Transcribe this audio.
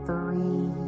Three